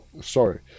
sorry